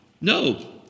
No